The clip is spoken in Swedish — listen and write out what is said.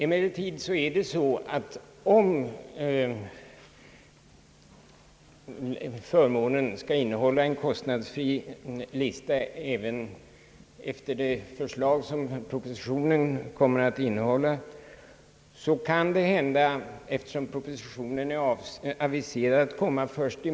Emellertid vore det, om förmånen skall omfatta en kostnadsfri lista även enligt propositionens förslag, angeläget att redan nu få vissa läkemedel införda på den fria listan.